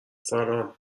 سلام